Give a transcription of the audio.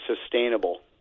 sustainable